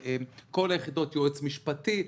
יועץ משפטי.